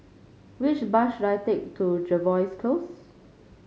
which bus should I take to Jervois Close